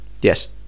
yes